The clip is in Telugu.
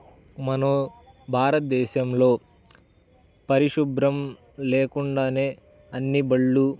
మనం భారత దేశంలో పరిశుభ్రం లేకుండానే అన్నీ బళ్ళు